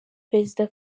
perezida